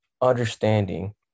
understanding